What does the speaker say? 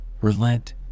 Relent